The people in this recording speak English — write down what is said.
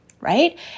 right